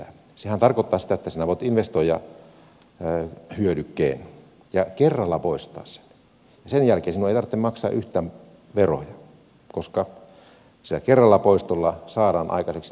sehän tarkoittaa sitä että sinä voit investoida hyödykkeen ja kerralla poistaa sen ja sen jälkeen sinun ei tarvitse maksaa yhtään veroja koska sillä kerralla poistolla saadaan aikaiseksi nollatulos